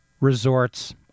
resorts